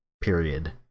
Period